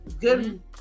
Good